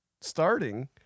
starting